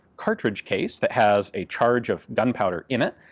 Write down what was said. cartridge case that has a charge of gunpowder in it,